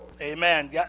Amen